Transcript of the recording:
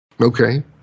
Okay